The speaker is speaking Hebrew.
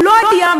הוא לא היה אמיתי,